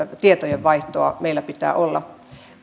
tietojenvaihtoa meillä pitää olla